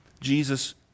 Jesus